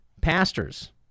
pastors